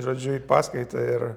žodžiu į paskaitą ir